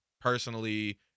personally